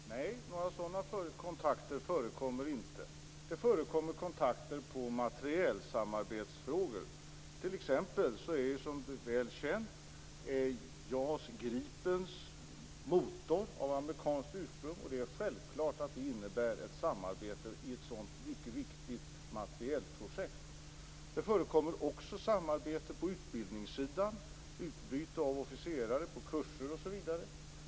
Fru talman! Nej, några sådan kontakter förekommer inte. Det förekommer kontakter i materielsamarbetsfrågor. JAS Gripens motor, t.ex., är av amerikanskt ursprung, vilket är väl känt. Det är självklart att det innebär ett samarbete i ett sådant mycket viktigt materielprojekt. Det förekommer också samarbete på utbildningssidan. Det gäller utbyte av officerare på kurser, osv.